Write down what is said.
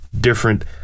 different